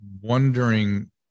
wondering